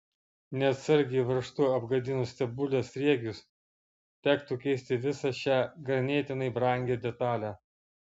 neatsargiai varžtu apgadinus stebulės sriegius tektų keisti visą šią ganėtinai brangią detalę